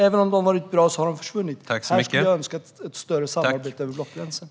Även om de har varit bra har de försvunnit. Här skulle jag önska ett större samarbete över blockgränserna.